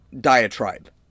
diatribe